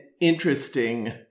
interesting